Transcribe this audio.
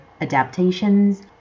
adaptations